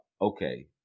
Okay